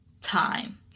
time